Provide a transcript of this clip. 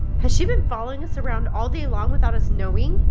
has she been following us around all day long without us knowing?